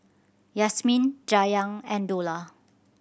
Yasmin Dayang and Dollah